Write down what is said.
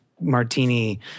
martini